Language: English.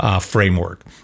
framework